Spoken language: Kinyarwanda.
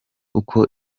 uko